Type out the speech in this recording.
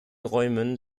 räumen